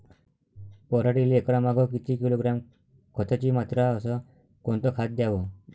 पराटीले एकरामागं किती किलोग्रॅम खताची मात्रा अस कोतं खात द्याव?